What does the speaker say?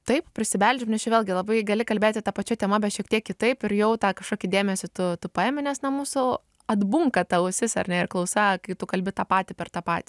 taip prisibeldžiam nes čia vėlgi labai gali kalbėti ta pačia tema bet šiek tiek kitaip ir jau tą kažkokį dėmesį tu tu paimi nes na mūsų atbunka ta ausis ar ne ir klausa kai tu kalbi tą patį per tą patį